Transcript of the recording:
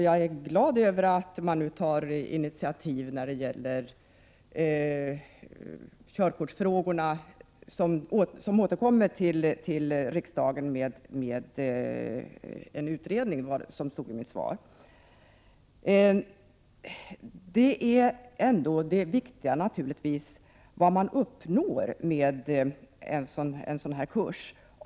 Jag är glad över att man nu tar initiativ när det gäller körkortsfrågorna och att man, som det sägs i svaret, skall återkomma till riksdagen med en utredning. Det viktiga är ändå vad man uppnår med en sådan här kurs.